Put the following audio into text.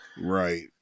Right